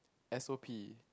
s_o_p